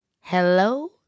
Hello